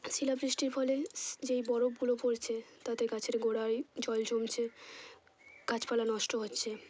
শিলাবৃষ্টির ফলে সি যেই বরফগুলো পড়ছে তাতে গাছের গোড়ায় জল জমছে গাছপালা নষ্ট হচ্ছে